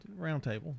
Roundtable